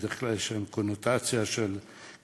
שבדרך כלל יש להן קונוטציה של כפייה,